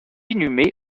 inhumé